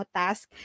task